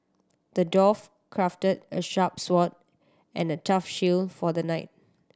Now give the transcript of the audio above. the dwarf crafted a sharp sword and a tough shield for the knight